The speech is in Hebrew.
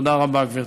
תודה רבה, גברתי.